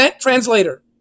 translator